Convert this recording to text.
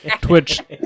twitch